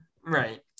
right